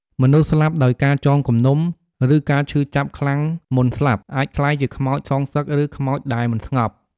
មនុស្សស្លាប់ដោយការចងគំនុំ ឬការឈឺចាប់ខ្លាំងមុនស្លាប់ អាចក្លាយជាខ្មោចសងសឹក ឬខ្មោចដែលមិនស្ងប់។